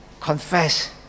confess